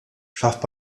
schafft